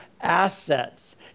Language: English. assets